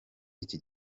iki